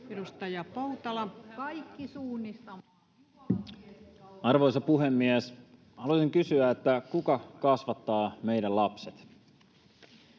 Arvoisa puhemies! Minä haluaisin kysyä, että kuka kasvattaa meidän lapset.